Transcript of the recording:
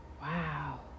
wow